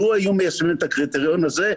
לו היו מיישמים את הקריטריון הזה,